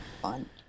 Fun